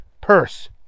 purse